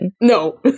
No